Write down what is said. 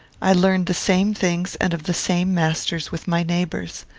i learned the same things and of the same masters with my neighbours.